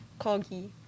Corgi